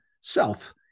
self